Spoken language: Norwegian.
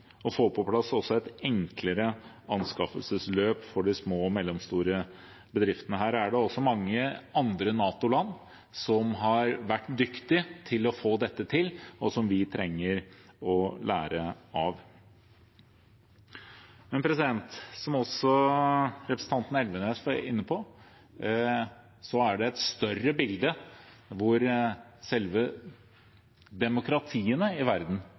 få på plass et enklere anskaffelsesløp for de små og mellomstore bedriftene. Det er det mange andre NATO-land som har vært dyktige på å få til, og som vi trenger å lære av. Som representanten Elvenes var inne på, er det et større bilde der selve demokratiene i verden